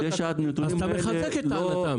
אז אתה מחזק את טענתם.